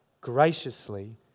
graciously